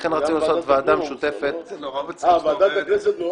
לכן רצינו לעשות ועדה משותפת -- נורא מצחיק שאתה אומר